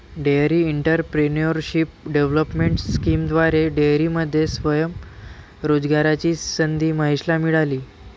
dairy entrepreneurship development स्कीमद्वारे डेअरीमध्ये स्वयं रोजगाराची संधी महेशला मिळाली